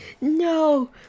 No